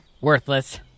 Worthless